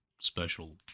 special